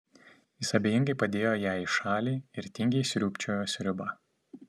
jis abejingai padėjo ją į šalį ir tingiai sriūbčiojo sriubą